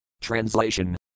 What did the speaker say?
Translation